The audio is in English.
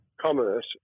commerce